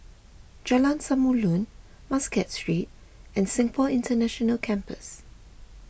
Jalan Samulun Muscat Street and Singapore International Campus